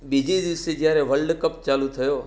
બીજે દિવસે જ્યારે વલ્ડકપ ચાલુ થયો